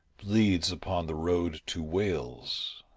bleeds upon the road to wales.